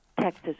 texas